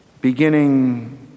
Beginning